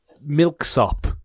milksop